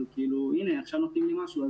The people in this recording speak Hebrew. אבל הנה עכשיו נותנים לי משהו,